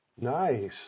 Nice